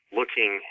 looking